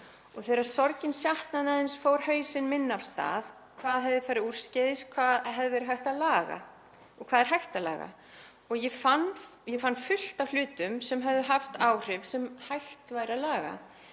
Þegar sorgin sjatnaði aðeins fór hausinn minn af stað: Hvað hafði farið úrskeiðis? Hvað hefði verið hægt að laga og hvað er hægt að laga? Ég fann fullt af hlutum sem höfðu haft áhrif og hægt væri að laga.